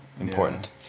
important